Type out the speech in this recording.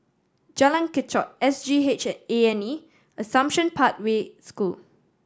Jalan Kechot S G H A and E and Assumption Pathway School